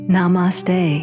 Namaste